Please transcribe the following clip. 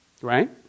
Right